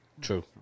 True